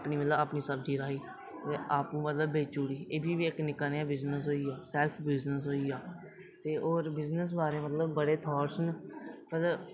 अपनी सब्जी लाई ते आपूं मतलब बेची ओड़ी एह्बी मतलब एह्बी इक निक्का नेहा बिजनेस होई गेआ सेल्फ बिजनेस होई गेआ एह् होर बिज़नेस दे बारे च मतलब बड़े थॉट्स न पर